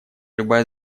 любая